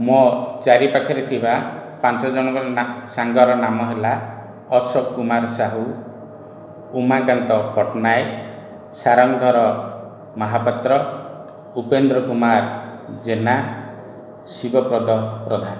ମୋ' ଚାରିପାଖରେ ଥିବା ପାଞ୍ଚଜଣଙ୍କର ନା ସାଙ୍ଗର ନାମ ହେଲା ଅଶୋକ କୁମାର ସାହୁ ଉମାକାନ୍ତ ପଟ୍ଟନାୟକ ସାରଙ୍ଗଧର ମହାପାତ୍ର ଉପେନ୍ଦ୍ର କୁମାର ଜେନା ଶିବପ୍ରଦ ପ୍ରଧାନ